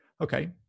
Okay